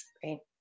Great